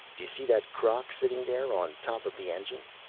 do you see that crock sitting there on top of the engine,